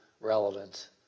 relevant